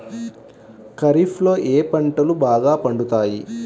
ఖరీఫ్లో ఏ పంటలు బాగా పండుతాయి?